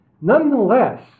Nonetheless